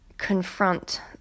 confront